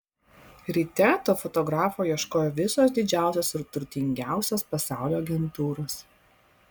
ryte to fotografo ieškojo visos didžiausios ir turtingiausios pasaulio agentūros